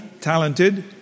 talented